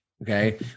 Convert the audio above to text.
Okay